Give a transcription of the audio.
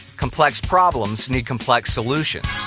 complex problems need complex solutions.